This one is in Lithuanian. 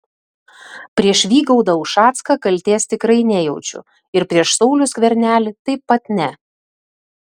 prieš vygaudą ušacką kaltės tikrai nejaučiu ir prieš saulių skvernelį taip pat ne